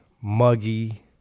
muggy